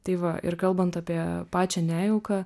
tai va ir kalbant apie pačią nejauką